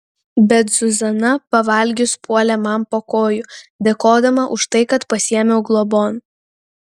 bet zuzana pavalgius puolė man po kojų dėkodama už tai kad pasiėmiau globon